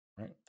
right